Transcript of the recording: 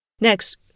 Next